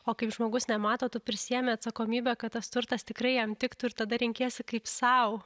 o kaip žmogus nemato tu prisiimi atsakomybę kad tas turtas tikrai jam tiktų ir tada renkiesi kaip sau